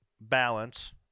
balance